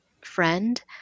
friend